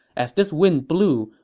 as this wind blew,